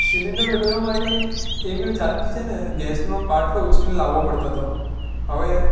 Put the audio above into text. cylinder બદલવા માટે એમણે જાતે છે ને ગેસનો બાટલો ઉંચકીને લાવવો પડતો તો હવે